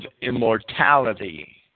immortality